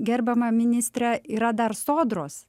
gerbiama ministrė yra dar sodros